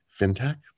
fintech